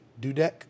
Dudek